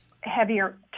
heavier